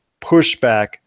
pushback